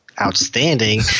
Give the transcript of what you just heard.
outstanding